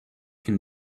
can